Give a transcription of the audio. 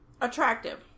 attractive